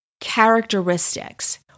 characteristics